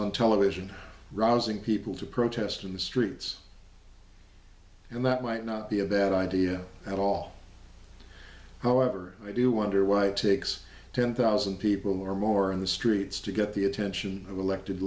on television rousing people to protest in the streets and that might not be a bad idea at all however i do wonder why it takes ten thousand people or more on the streets to get the attention of elected